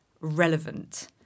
relevant